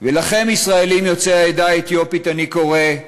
ולכם, ישראלים יוצאים העדה האתיופית, אני קורא: